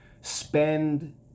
spend